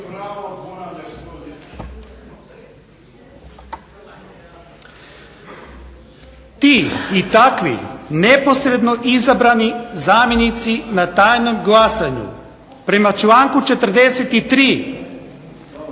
Ti i takvi neposredno izabrani zamjenici na tajnom glasanju prema članku 43.